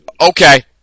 Okay